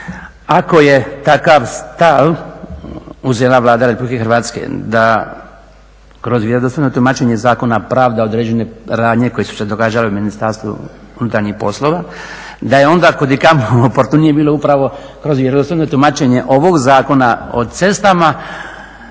ako je takav stav uzela Vlada Republike Hrvatske da kroz vjerodostojno tumačenja zakona pravda određene radnje koje su se događale u Ministarstvu unutarnjih poslova, da je onda kud i kamo …/Govornik se ne razumije./… upravo kroz vjerodostojno tumačenje ovog Zakon o cestama